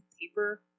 paper